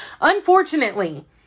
unfortunately